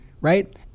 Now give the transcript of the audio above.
right